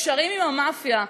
קשרים עם המאפיה.